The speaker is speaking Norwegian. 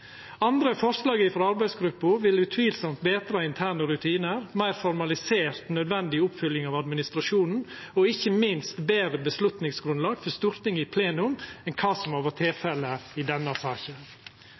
Andre forslag frå arbeidsgruppa vil utvilsamt betra interne rutinar, gje ei meir formalisert og nødvendig oppfylging av administrasjonen og ikkje minst gje eit betre avgjerdsgrunnlag for Stortinget i plenum enn kva som har vore